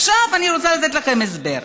עכשיו אני רוצה לתת לכם הסבר.